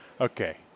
Okay